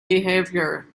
behavior